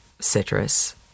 citrus